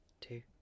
two